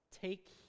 take